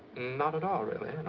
not at all, really.